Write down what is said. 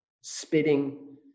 spitting